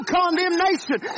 condemnation